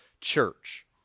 church